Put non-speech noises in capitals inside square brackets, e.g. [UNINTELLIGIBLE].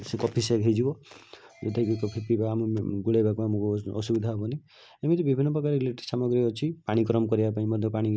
ସେ କଫିସେକ୍ ହେଇଯିବ ଯେଉଁ [UNINTELLIGIBLE] କଫି ପିଇବା ଆମ ଗୋଳାଇବାକୁ ଆମକୁ ଅସୁବିଧା ହେବନି ଏମିତି ବିଭିନ୍ନ ପ୍ରକାର ଇଲେକ୍ଟ୍ରିକ୍ ସାମଗ୍ରୀ ଅଛି ପାଣି ଗରମ କରିବା ପାଇଁ ମଧ୍ୟ ପାଣି